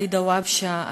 עלי דוואבשה,